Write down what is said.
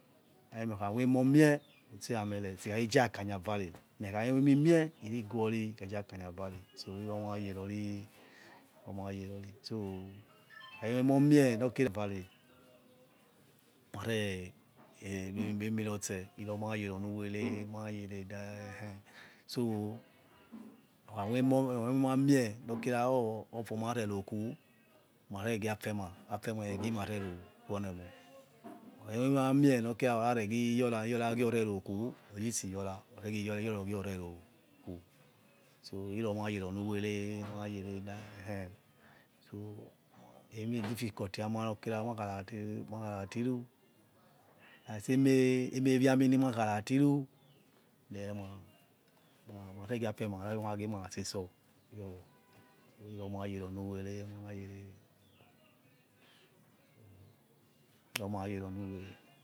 Amime okhamie omo mie tiamere meme khamie mi mie irighori erezakanya vara so iromagerori maye rori so okhakhemenimie okerevare emoi mimonote ino mayere onu were then so okhamoi emami emina mie oformare rokhu mareghi afemai afemai eghimare roku oniemoh makhamsi mima mie nokira oreghiyora norgiore roku oyebisiyora iyora ogi nerokhu so iromayere onu we re mayero eh na so emedifficulti yama nirmaratinu asi ememi mi anima matiru then ma regi afemai norgimasesor iro mayeronuw are.